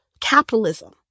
capitalism